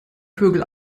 vögel